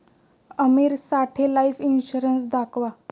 आमीरसाठी life insurance दाखवा